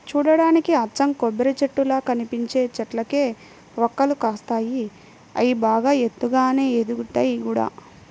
చూడ్డానికి అచ్చం కొబ్బరిచెట్టుల్లా కనిపించే చెట్లకే వక్కలు కాస్తాయి, అయ్యి బాగా ఎత్తుగానే ఎదుగుతయ్ గూడా